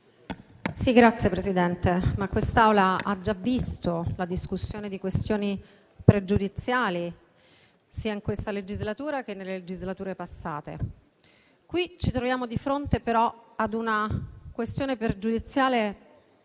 Signor Presidente, quest'Assemblea ha già visto la discussione di questioni pregiudiziali sia in questa legislatura che in quelle passate. Qui ci troviamo di fronte però ad una questione pregiudiziale